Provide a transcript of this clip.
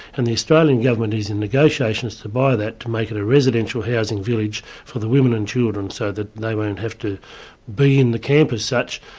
and the australian government is in negotiations to buy that to make it a residential housing village for the women and children so that they won't have to be in the camp as such.